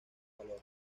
valor